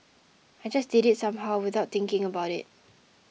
I just did it somehow without thinking about it